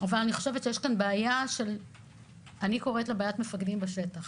אבל אני חושבת שיש יש בעיה של מפקדים בשטח.